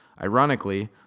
Ironically